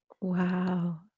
Wow